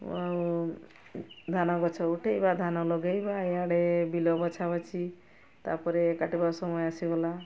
ଆଉ ଧାନ ଗଛ ଉଠେଇବା ଧାନ ଲଗେଇବା ଇଆଡ଼େ ବିଲ ବଛା ବଛି ତା'ପରେ କାଟିବା ସମୟ ଆସିଗଲା